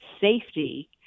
safety